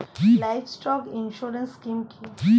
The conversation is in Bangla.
লাইভস্টক ইন্সুরেন্স স্কিম কি?